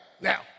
Now